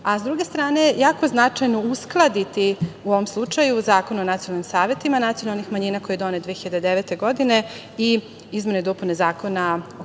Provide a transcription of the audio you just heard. druge strane, jako značajno uskladiti, u ovom slučaju, Zakon o nacionalnom savetu nacionalnih manjina koji je donet 2009. godine i izmene i dopune Zakona o